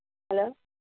hello